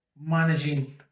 managing